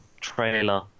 trailer